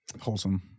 wholesome